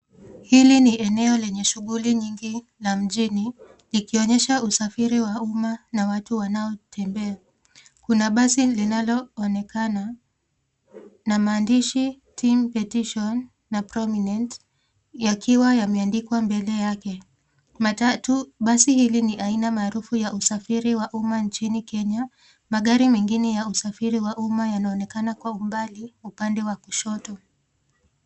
Hili ni eneo lenye shughuli nyingi la mjini likionyesha usafiri wa umma na watu wanaotembea. Kuna basi linaloonekana na maandishi Team Petition na Prominent yakiwa yameandikwa mbele yake. Matatu- Basi hili ni la aina maarufu la usafiri wa umma chini Kenya. Magari mengine ya usafiri wa umma yanaonekana kwa umbali upande wa kushoto.